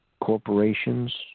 Corporations